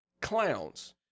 clowns